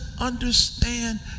understand